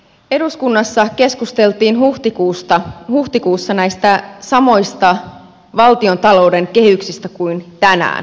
eduskunnassa keskusteltiin huhtikuussa näistä samoista valtiontalouden kehyksistä kuin tänään